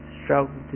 struggle